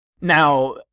Now